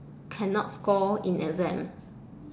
cannot score in exam